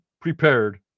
prepared